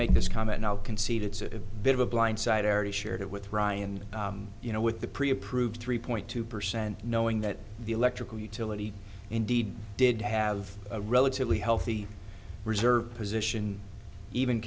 make this comment i'll concede it's a bit of a blindside already shared it with ryan you know with the pre approved three point two percent knowing that the electrical utility indeed did have a relatively healthy reserve position even